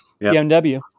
BMW